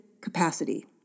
capacity